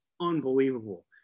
unbelievable